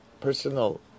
personal